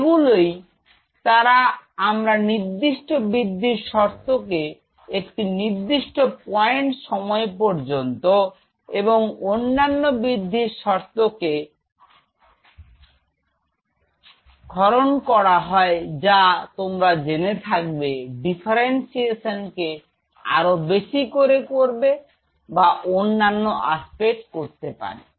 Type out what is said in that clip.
এগুলোই তারা আমরা নির্দিষ্ট বৃদ্ধি শর্ত কে একটি নির্দিষ্ট পয়েন্ট সময় পর্যন্ত এবং অন্যান্য বৃদ্ধির শর্তকে ক্ষরণ করা হয় যা তোমরা জেনে থাকবে ডিফারেন্সিয়েশন কে আরো বেশি করে করবে বা অন্যান্য অস্পেক্ট করতে পারে